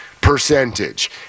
percentage